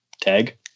tag